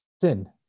Sin